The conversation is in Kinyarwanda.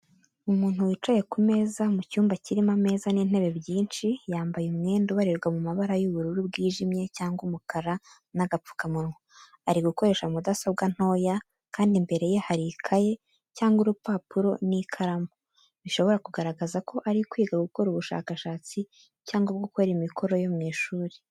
Umuntu wicaye ku meza mu cyumba kirimo ameza n'intebe byinshi, yambaye umwenda ubarirwa mu mabara y'ubururu bwijimye cyangwa umukara n'agapfukamunwa. Ari gukoresha mudasobwa ntoya, kandi imbere ye hari ikaye cyangwa urupapuro n’ikaramu, bishobora kugaragaza ko ari kwiga gukora ubushakashatsi cyangwa gukora imikoro yo mu ishuri.